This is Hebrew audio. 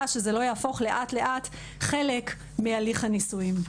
שזה לא יהפוך לאט לאט חלק מהליך הנישואים.